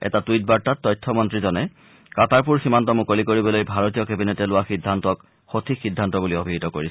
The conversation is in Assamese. এটা টুইটবাৰ্তাত তথ্য মন্ত্ৰীজনে কাটাৰপুৰ সীমান্ত মুকলি কৰিবলৈ ভাৰতীয় কেবিনেটে লোৱা সিদ্ধান্তক সঠিক সিদ্ধান্ত বুলি অভিহিত কৰিছে